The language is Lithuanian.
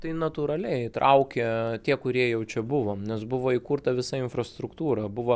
tai natūraliai traukė tie kurie jau čia buvo nes buvo įkurta visa infrastruktūra buvo